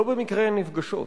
לא במקרה הן נפגשות.